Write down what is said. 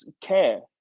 care